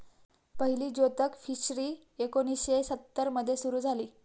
पहिली जोतक फिशरी एकोणीशे सत्तर मध्ये सुरू झाली